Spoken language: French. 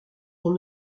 sont